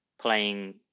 playing